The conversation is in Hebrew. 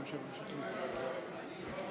גברתי, בבקשה.